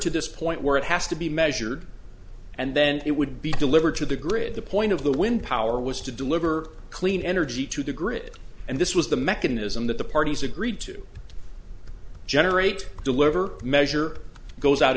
to this point where it has to be measured and then it would be delivered to the grid the point of the wind power was to deliver clean energy to the grid and this was the mechanism that the parties agreed to generate deliver measure goes out